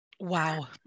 Wow